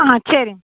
ஆ சரிங்க